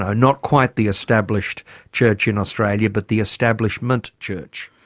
ah not quite the established church in australia, but the establishment church?